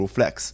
Flex